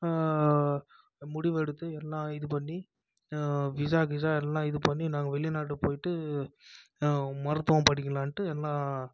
முடிவு எடுத்து எல்லாம் இது பண்ணி விசா கிசா எல்லாம் இது பண்ணி நாங்கள் வெளிநாடு போய்விட்டு மருத்துவம் படிக்கலான்ட்டு எல்லாம்